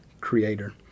creator